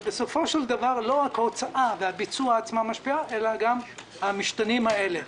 בסופו של דבר לא רק ההוצאה והביצוע עצמו משפיעים אלא גם המשתנים האלה.